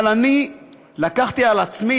אבל אני לקחתי על עצמי,